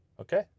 Okay